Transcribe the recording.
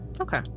okay